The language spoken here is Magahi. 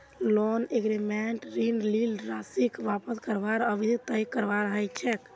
लोन एग्रीमेंटत ऋण लील राशीक वापस करवार अवधि तय करवा ह छेक